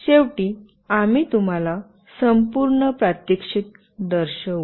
आणि शेवटी आम्ही तुम्हाला संपूर्ण प्रात्यक्षिक दर्शवू